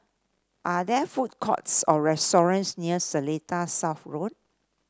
are there food courts or restaurants near Seletar South Road